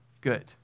good